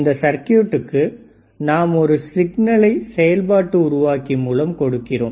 இந்த சர்க்யூட்டுக்கு நாம் ஒரு சிக்னலை செயல்பாட்டு உருவாக்கி மூலம் கொடுக்கிறோம்